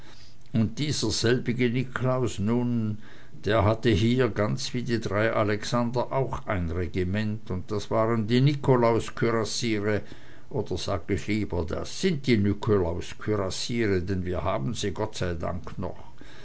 und dieser selbige nikolaus nun der hatte hier ganz wie die drei alexander auch ein regiment und das waren die nikolaus kürassiere oder sag ich lieber das sind die nikolaus kürassiere denn wir haben sie gott sei dank noch